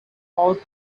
thought